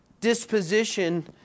disposition